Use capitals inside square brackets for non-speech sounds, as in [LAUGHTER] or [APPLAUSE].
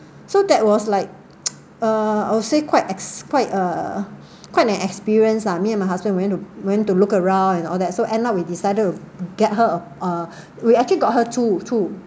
so that was like [NOISE] uh I would say quite ex~ quite uh quite an experience ah me and my husband went to went to look around and all that so end up we decided to get her a uh we actually got her two two